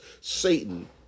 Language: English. Satan